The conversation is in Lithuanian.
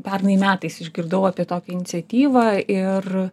pernai metais išgirdau apie tokią iniciatyvą ir